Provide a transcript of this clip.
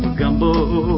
gumbo